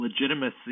legitimacy